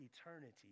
eternity